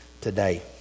today